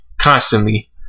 constantly